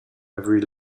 every